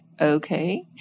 okay